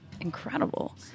incredible